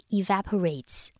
evaporates